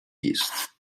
beasts